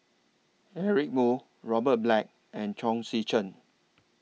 Eric Moo Robert Black and Chong Tze Chien